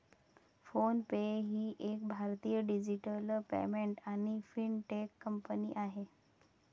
phone पे ही एक भारतीय डिजिटल पेमेंट आणि फिनटेक कंपनी आहे